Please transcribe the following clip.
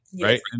right